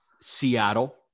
Seattle